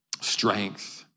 strength